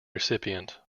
recipient